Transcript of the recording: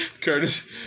Curtis